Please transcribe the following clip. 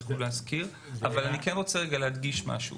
אני רוצה להדגיש משהו